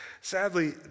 Sadly